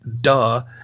Duh